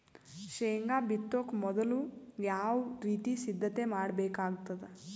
ಶೇಂಗಾ ಬಿತ್ತೊಕ ಮೊದಲು ಯಾವ ರೀತಿ ಸಿದ್ಧತೆ ಮಾಡ್ಬೇಕಾಗತದ?